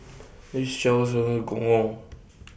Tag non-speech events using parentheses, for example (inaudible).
(noise) This Shop sells Gong Gong